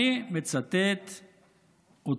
אני מצטט אותה: